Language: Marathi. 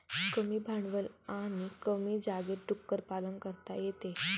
कमी भांडवल आणि कमी जागेत डुक्कर पालन करता येते